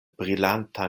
brilanta